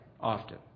often